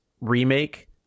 remake